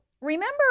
remember